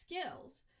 skills